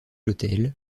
l’hôtel